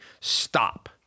stop